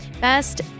Best